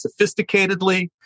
sophisticatedly